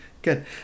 Good